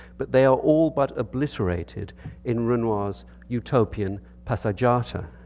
but they are all but obliterated in renoir's utopian pasa jauter.